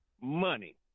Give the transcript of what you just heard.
money